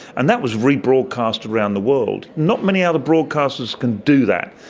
and that was re-broadcast around the world. not many other broadcasters can do that.